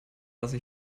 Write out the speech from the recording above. lasse